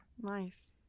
nice